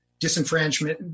disenfranchisement